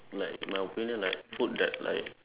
like my opinion like food that like